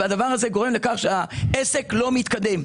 וזה גורם לכך שהעסק הזה לא מתקדם.